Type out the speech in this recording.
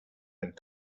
and